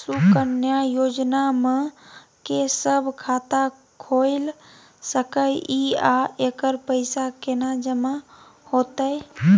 सुकन्या योजना म के सब खाता खोइल सके इ आ एकर पैसा केना जमा होतै?